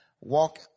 walk